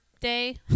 day